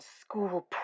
school